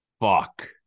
Fuck